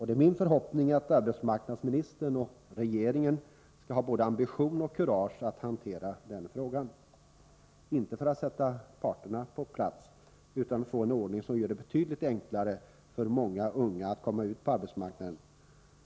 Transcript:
Det är min förhoppning att arbetsmarknadsministern och regeringen skall ha både ambition och kurage att hantera den frågan — inte för att sätta parterna på plats utan för att få en ordning som gör det betydligt enklare för många unga att komma ut på arbetsmarknaden.